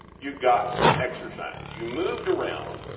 you got some exercise. you moved around,